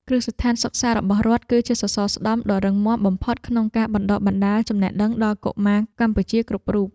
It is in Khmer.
គ្រឹះស្ថានសិក្សារបស់រដ្ឋ គឺជាសសរស្តម្ភដ៏រឹងមាំបំផុតក្នុងការបណ្តុះបណ្តាលចំណេះដឹងដល់កុមារកម្ពុជាគ្រប់រូប។